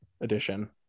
edition